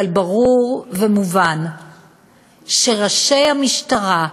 אבל ברור ומובן שראשי המשטרה,